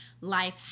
life